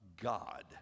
God